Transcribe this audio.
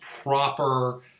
proper